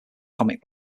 comic